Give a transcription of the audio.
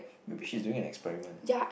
maybe she's doing an experiment